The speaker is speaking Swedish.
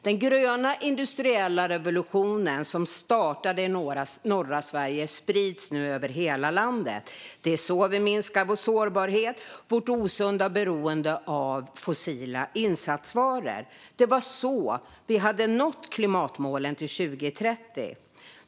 Den gröna industriella revolutionen som startade i norra Sverige sprids nu över hela landet. Det är så vi minskar vår sårbarhet och vårt osunda beroende av fossila insatsvaror. Det var så vi skulle ha nått klimatmålen till 2030.